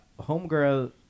Homegirl